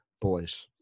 boys